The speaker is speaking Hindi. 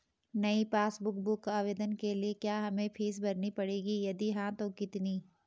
नयी पासबुक बुक आवेदन के लिए क्या हमें फीस भरनी पड़ेगी यदि हाँ तो कितनी?